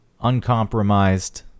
uncompromised